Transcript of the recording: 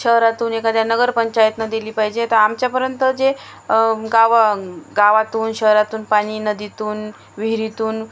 शहरातून एखाद्या नगर पंचायतीनं दिली पाहिजे तर आमच्यापर्यंत जे गाव गावातून शहरातून पाणी नदीतून विहिरीतून